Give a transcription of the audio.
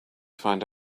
find